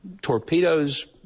Torpedoes